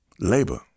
Labor